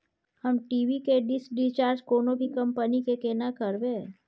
हम टी.वी के dish recharge कोनो भी कंपनी के केना करबे?